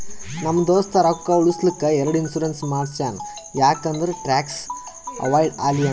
ನಮ್ ದೋಸ್ತ ರೊಕ್ಕಾ ಉಳುಸ್ಲಕ್ ಎರಡು ಇನ್ಸೂರೆನ್ಸ್ ಮಾಡ್ಸ್ಯಾನ್ ಯಾಕ್ ಅಂದುರ್ ಟ್ಯಾಕ್ಸ್ ಅವೈಡ್ ಆಲಿ ಅಂತ್